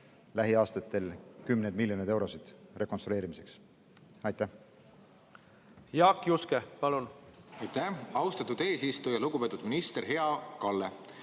lähiaastatel kümneid miljoneid eurosid rekonstrueerimiseks. Jaak Juske, palun! Aitäh, austatud eesistuja! Lugupeetud minister, hea Kalle!